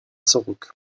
zurück